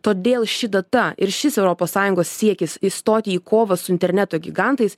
todėl ši data ir šis europos sąjungos siekis įstoti į kovą su interneto gigantais